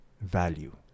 value